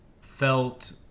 felt